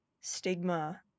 stigma